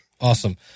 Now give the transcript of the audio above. Awesome